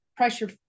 pressure